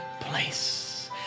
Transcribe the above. place